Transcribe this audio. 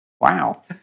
wow